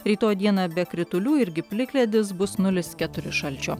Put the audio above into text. rytoj dieną be kritulių irgi plikledis bus nulis keturi šalčio